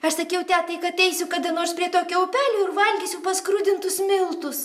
aš sakiau tetai kad eisiu kada nors prie tokio upelio ir valgysiu paskrudintus miltus